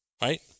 ¿Right